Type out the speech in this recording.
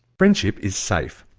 friendship is safe.